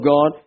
God